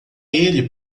ele